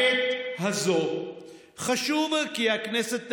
דווקא בעת הזאת חשוב כי הכנסת תעבוד,